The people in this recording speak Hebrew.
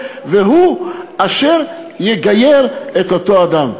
והוא אשר יגייר את אותו אדם.